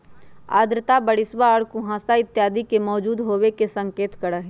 आर्द्रता बरिशवा और कुहसवा इत्यादि के मौजूद होवे के संकेत करा हई